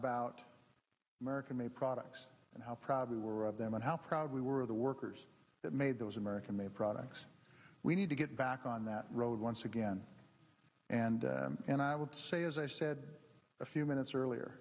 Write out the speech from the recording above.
about american made products and how proud we were of them and how proud we were of the workers that made those american made products we need to get back on that road once again and and i would say as i said a few minutes earlier